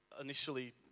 initially